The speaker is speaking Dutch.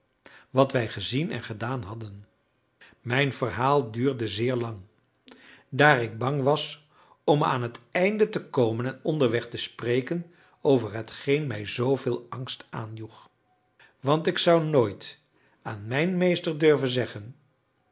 wat wij gezien en gedaan hadden mijn verhaal duurde zeer lang daar ik bang was om aan het einde te komen en onderweg te spreken over hetgeen mij zooveel angst aanjoeg want ik zou nooit aan mijn meester durven zeggen